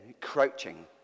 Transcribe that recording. crouching